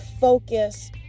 focus